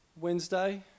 Wednesday